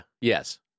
Yes